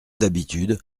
d’habitude